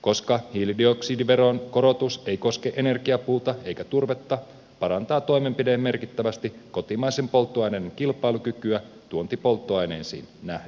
koska hiilidioksidiveron korotus ei koske energiapuuta eikä turvetta parantaa toimenpide merkittävästi kotimaisen polttoaineen kilpailukykyä tuontipolttoaineisiin nähden